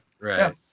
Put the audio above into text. right